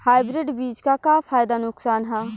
Hybrid बीज क का फायदा नुकसान ह?